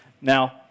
Now